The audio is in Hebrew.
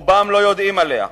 רובם לא יודעים עליה,